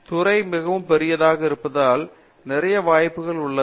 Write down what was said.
துறை மிகவும் பெரிய இருப்பதால் நிறைய வாய்ப்புகள் உள்ளது